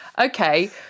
okay